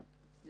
והם